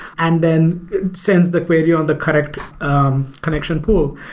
and then sends the query on the correct connection pool.